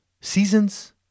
seasons